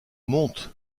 monte